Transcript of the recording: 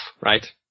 right